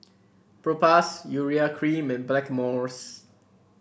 Propass Urea Cream and Blackmores